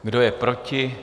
Kdo je proti?